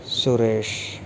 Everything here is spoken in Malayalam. സുരേഷ്